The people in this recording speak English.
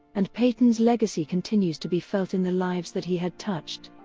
and peyton's legacy continues to be felt in the lives that he had touched.